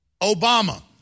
Obama